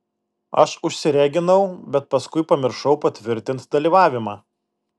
aš užsireginau bet paskui pamiršau patvirtint dalyvavimą